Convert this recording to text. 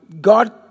God